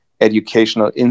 educational